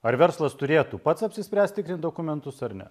ar verslas turėtų pats apsispręsti dokumentus ar ne